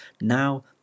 now